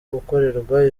gukorerwa